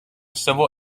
civil